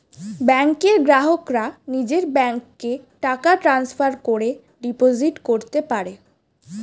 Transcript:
ব্যাংকের গ্রাহকরা নিজের ব্যাংকে টাকা ট্রান্সফার করে ডিপোজিট করতে পারে